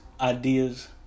ideas